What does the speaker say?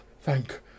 Thank